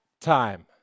time